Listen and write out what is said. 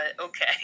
okay